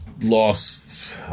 lost